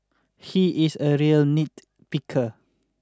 he is a real nitpicker